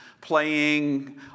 playing